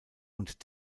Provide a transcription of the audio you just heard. und